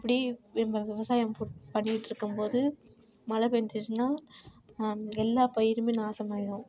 இப்படி இவங்க விவசாயம் போ பண்ணிட்டுருக்கம் போது மழை பெஞ்சிச்சினா எல்லா பயிருமே நாசமாயிடும்